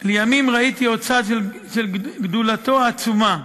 "לימים ראיתי עוד צד של גדולתו העצומה,